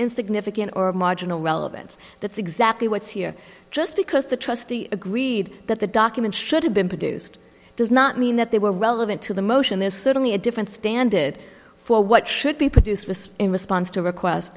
in significant or marginal relevance that's exactly what's here just because the trustee agreed that the document should have been produced does not mean that they were relevant to the motion there's certainly a different standard for what should be produced was in response to request